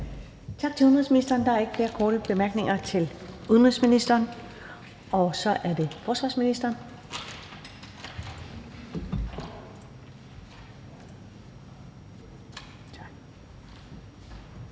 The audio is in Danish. Tak til udenrigsministeren. Der er ikke flere korte bemærkninger til udenrigsministeren. Så er det forsvarsministeren.